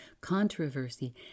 controversy